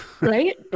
right